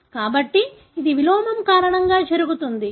కాబట్టి ఇది విలోమం కారణంగా జరుగుతుంది